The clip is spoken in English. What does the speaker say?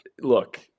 look